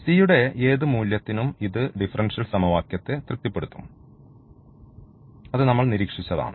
c യുടെ ഏത് മൂല്യത്തിനും ഇത് ഡിഫറൻഷ്യൽ സമവാക്യത്തെ തൃപ്തിപ്പെടുത്തും അത് നമ്മൾ നിരീക്ഷിച്ചതാണ്